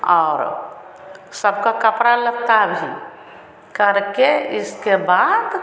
और सबका कपड़ा लत्ता भी करके इसके बाद